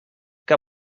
que